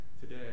today